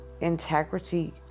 integrity